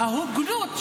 ההוגנות,